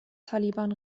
taliban